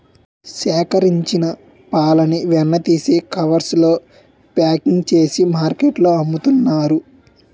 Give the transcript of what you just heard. సేకరించిన పాలని వెన్న తీసి కవర్స్ లో ప్యాకింగ్ చేసి మార్కెట్లో అమ్ముతున్నారు